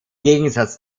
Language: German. gegensatz